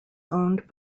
owned